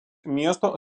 miesto